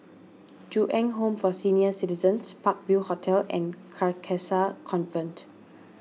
Ju Eng Home for Senior Citizens Park View Hotel and Carcasa Convent